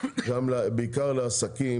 בעיקר לעסקים,